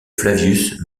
flavius